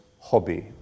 hobby